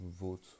vote